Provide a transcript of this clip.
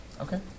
Okay